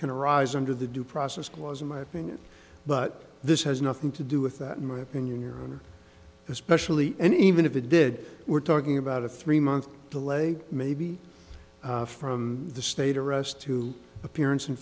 arise under the due process clause in my opinion but this has nothing to do with that in my opinion especially and even if it did we're talking about a three month delay maybe from the state arrest to appearance in